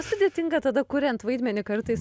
sudėtinga tada kuriant vaidmenį kartais